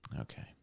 Okay